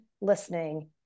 listening